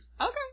Okay